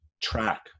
track